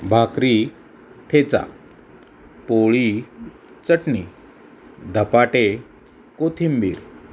भाकरी ठेचा पोळी चटणी धपाटे कोथिंबीर